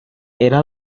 era